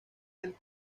del